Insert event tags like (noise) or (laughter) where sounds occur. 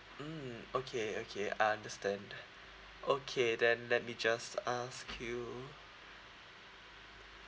mm okay okay I understand (breath) okay then let me just ask you